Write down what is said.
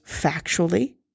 factually